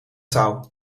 touw